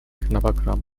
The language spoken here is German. knabberkram